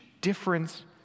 difference